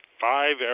five